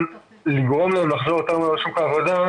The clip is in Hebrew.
וגם לגרום לו לחזור יותר מהר לשוק העבודה,